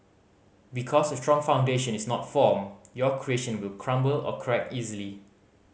because a strong foundation is not formed your creation will crumble or crack easily